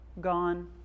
gone